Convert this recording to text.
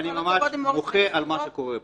אני ממש מוחה על מה שקורה פה.